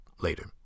later